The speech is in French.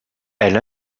elle